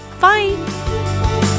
Bye